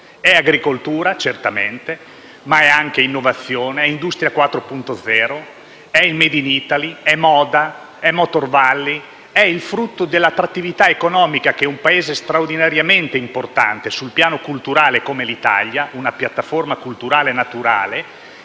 È agricoltura, certamente, ma è anche innovazione, Industria 4.0, *made in Italy,* moda, Motor valley*,* il frutto dell'attrattività economica di un Paese, straordinariamente importante sul piano culturale come l'Italia; una piattaforma culturale naturale,